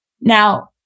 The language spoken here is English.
Now